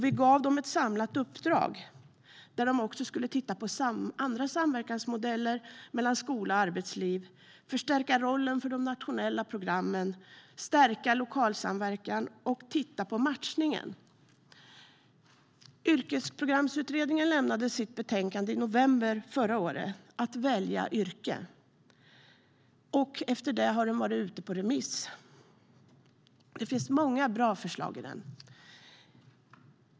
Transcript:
Vi gav dem ett samlat uppdrag där de skulle titta på andra samverkansmodeller mellan skola och arbetsliv, att förstärka rollen för de nationella programmen, stärka lokalsamverkan och också titta matchningen. Yrkesprogramsutredningen lämnade sitt betänkande V älja yrke i november förra året, och efter det har den varit ute på remiss. Det finns många bra förslag i den.